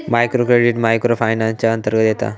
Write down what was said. micro credit micro finance च्या अंतर्गत येता